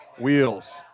Wheels